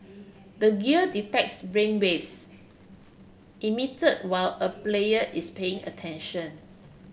the gear detects brainwaves emitted while a player is paying attention